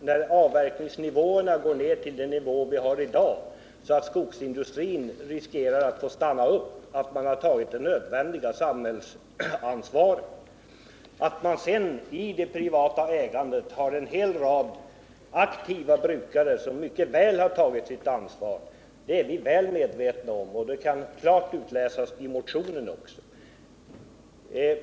När avverkningsnivån gått ned till den nivå vi har i dag och skogsindustrin riskerar att få stanna upp, så kan vi inte stiga upp här och säga att skogsägarna tagit det nödvändiga samhällsansvaret. Att det sedan bland de privata ägarna finns en hel rad aktiva brukare som mycket väl har tagit sitt ansvar är vi väl medvetna om. Det kan också klart utläsas av motionen.